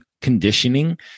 conditioning